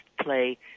play